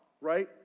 right